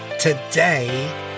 Today